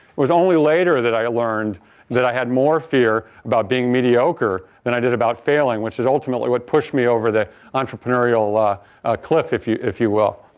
it was only later that i had learned that i had more fear about being mediocre than i did about failing which is ultimately what pushed me over the entrepreneurial ah cliff, if you if you will.